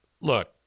look